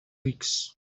weeks